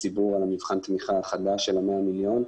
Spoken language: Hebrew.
הציבור על מבחן התמיכה החדש של ה-100 מיליון,